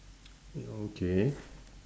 okay